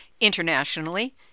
Internationally